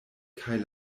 kaj